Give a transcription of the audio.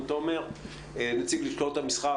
קודם כל,